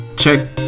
Check